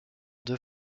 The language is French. deux